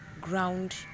ground